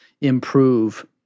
improve